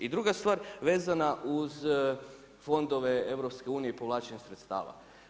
I druga stvar vezana uz fondove EU i povlačenje sredstava.